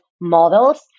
models